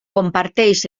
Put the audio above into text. comparteix